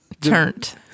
Turned